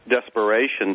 desperation